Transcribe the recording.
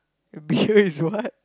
beer~ is what